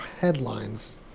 headlines